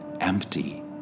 empty